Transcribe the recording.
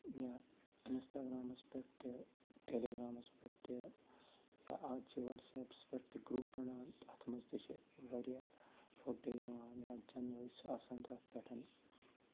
یا اِنٛنَسٹاگرامَس پٮ۪ٹھ تہِ ٹیلے گرامَس پٮ۪ٹھ تہِ یا آز چھِ واٹٕساپَس پٮ۪ٹھ تہِ گروپ بنان تَتھ منٛز تہِ چھِ واریاہ فوٹوٗ یوان یا چینَلٕز چھِ آسان تَتھ پٮ۪ٹھ